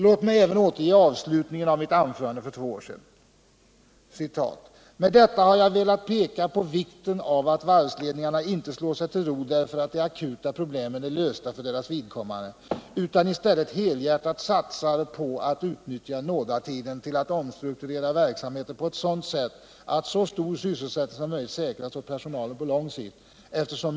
Låt mig återge avslutningen av mitt anförande för två år sedan: ”Med detta har jag velat peka på vikten av att varvsledningarna inte slår sig till ro utan jobbar med de här problemen och försöker få fram alternativa sysselsättningar och omstrukturerar verksamheten på ett sådant sätt att så stor sysselsättning som möjligt säkras åt personalen på lång sikt.